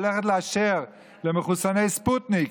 הולכת לאשר למחוסני ספוטניק,